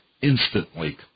instantly